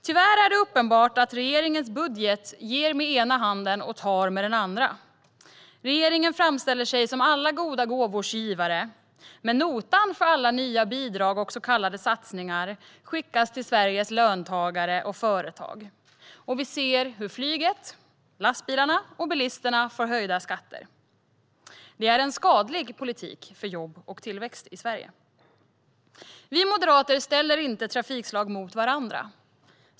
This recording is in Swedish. Tyvärr är det uppenbart att regeringens budget ger med den ena handen och tar med den andra. Regeringen framställer sig som alla goda gåvors givare, men notan för alla nya bidrag och så kallade satsningar skickas till Sveriges löntagare och företag, och vi ser hur flyget, lastbilarna och bilisterna får höjda skatter. Det är en skadlig politik för jobb och tillväxt i Sverige. Vi moderater ställer inte trafikslag mot varandra.